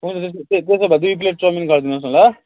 हुन्छ त्यसो त्यसो भए दुई प्लेट चाउमिन गरिदिनु होस् न ल